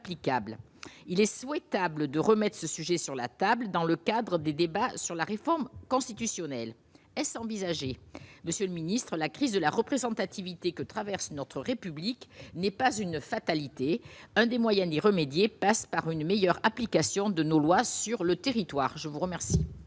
il est souhaitable de remède ce sujet sur la table dans le cadre des débats sur la réforme constitutionnelle S. envisagée, monsieur le Ministre, la crise de la représentativité que traverse notre République n'est pas une fatalité, un des moyens d'y remédier passe par une meilleure application de nos lois sur le territoire, je vous remercie.